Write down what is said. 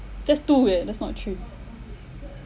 that's two eh that's not three